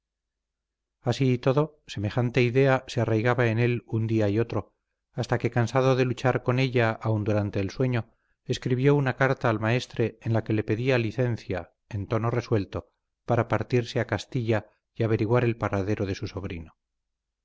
así y todo semejante idea se arraigaba en él un día y otro hasta que cansado de luchar con ella aun durante el sueño escribió una carta al maestre en que le pedía licencia en tono resuelto para partirse a castilla y averiguar el paredero de su sobrino